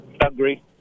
Agree